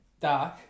dark